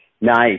nice